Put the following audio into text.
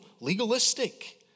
legalistic